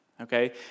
okay